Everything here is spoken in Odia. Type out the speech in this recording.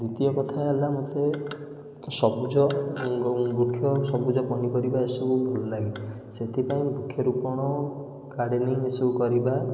ଦ୍ଵିତୀୟ କଥା ହେଲା ମୋତେ ସବୁଜ ବୃକ୍ଷ ସବୁଜ ପନିପରିବା ଏସବୁ ଭଲ ଲାଗେ ସେଥିପାଇଁ ବୃକ୍ଷରୋପଣ ଗାର୍ଡେନିଂ ଏ ସବୁ କରିବା